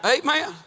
Amen